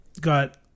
got